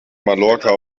mallorca